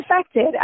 affected